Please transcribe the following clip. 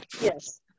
yes